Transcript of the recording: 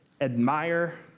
admire